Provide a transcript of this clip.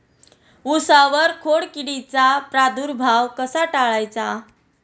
उसावर खोडकिडीचा प्रादुर्भाव कसा टाळायचा?